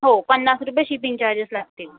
हो पन्नास रुपये शिपिंग चार्जेस लागतील